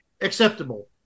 Acceptable